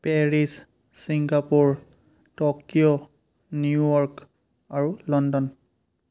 Paris Singapore Tokyo New York আৰু London